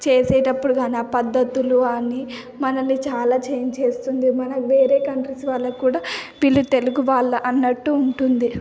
చేసేటప్పుడు కాని ఆ పద్ధతులు కాని మనల్ని చాలా చేంజ్ చేస్తుంది మనం వేరే కంట్రీస్ వాళ్ళకు కూడా వీళ్ళు తెలుగు వాళ్ళు అన్నట్టు ఉంటుంది